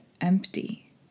empty